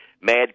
mad